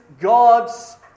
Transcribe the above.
God's